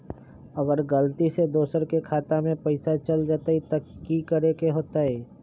अगर गलती से दोसर के खाता में पैसा चल जताय त की करे के होतय?